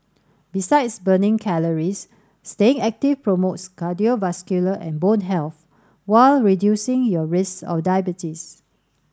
besides burning calories staying active promotes cardiovascular and bone health while reducing your risk of diabetes